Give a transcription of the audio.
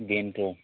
बेनथ'